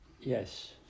Yes